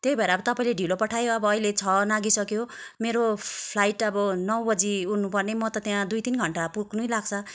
त्यही भएर अब तपाईँले ढिलो पठायो अब अहिले छ नाघिसक्यो मेरो फ्लाइट अब नै बजी उड्नुपर्ने म त त्यहाँ दुई तिन घन्टा पुग्नै लाग्छ